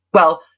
well,